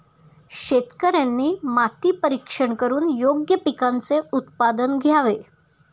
शेतकऱ्यांनी माती परीक्षण करून योग्य पिकांचे उत्पादन घ्यावे